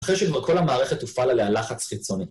אחרי שכבר כל המערכת הופעל עליה לחץ חיצוני.